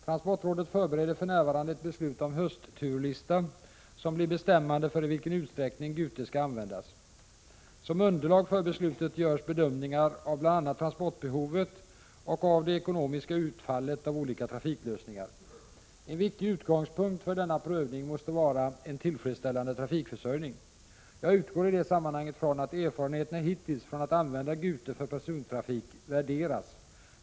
Transportrådet förbereder för närvarande ett beslut om höstturlista, som blir bestämmande för i vilken utsträckning Gute skall användas. Som underlag för beslutet görs bedömningar av bl.a. transportbehovet och av det ekonomiska utfallet av olika trafiklösningar. En viktig utgångspunkt för denna prövning måste vara en tillfredsställande trafikförsörjning. Jag utgår i det sammanhanget från att erfarenheterna hittills från att använda Gute för persontrafik värderas.